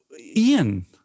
ian